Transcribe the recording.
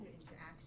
interaction